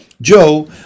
Joe